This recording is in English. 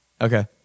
Okay